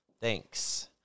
thanks